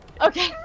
Okay